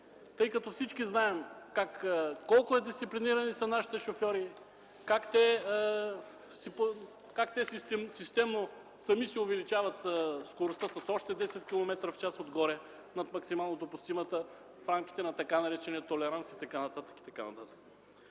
Всички знаем колко дисциплинирани са нашите шофьори, как те системно сами си увеличават скоростта с още 10 км/час отгоре към максимално допустимата в рамките на така наречения толеранс и така нататък.